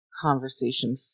conversation